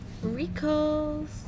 recalls